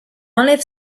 enlève